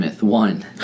One